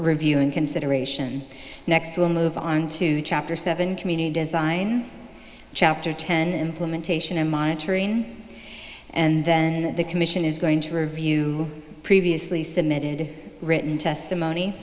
review and consideration next we'll move on to chapter seven community design chapter ten implementation and monitoring and then the commission is going to review previously submitted written testimony